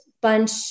bunch